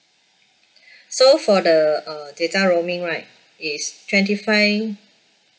so for the uh data roaming right it's twenty five